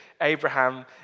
Abraham